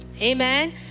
Amen